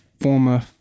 former